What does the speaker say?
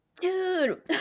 Dude